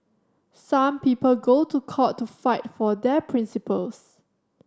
some people go to court to fight for their principles